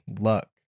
luck